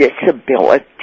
disability